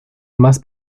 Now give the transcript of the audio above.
más